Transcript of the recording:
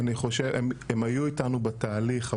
הם היו איתנו בתהליך,